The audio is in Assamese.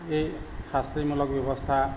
এই শাস্তিমূলক ব্যৱস্থা